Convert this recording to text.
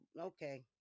okay